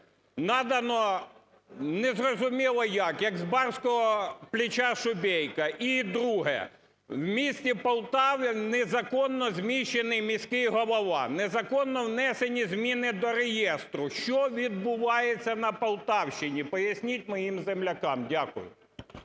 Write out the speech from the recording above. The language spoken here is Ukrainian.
надано незрозуміло як, як з барського плеча шубейка? І друге. В місті Полтави незаконно зміщений міський голова. Незаконно внесені зміни до реєстру. Що відбувається на Полтавщині? Поясніть моїм землякам Дякую.